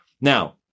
Now